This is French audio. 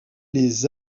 les